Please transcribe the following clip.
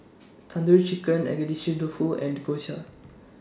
Tandoori Chicken Agedashi Dofu and Gyoza